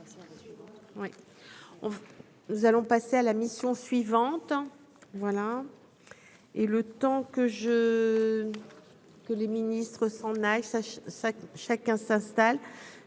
Nous allons passer à la mission suivante, voilà, et le temps que je que les ministres s'en aille, ça ça, chacun s'installe.